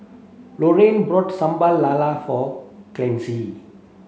Lorrayne bought Sambal Lala for